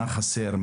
מה חסר,